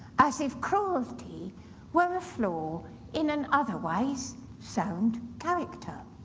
as if cruelty were a flaw in an otherwise sound character.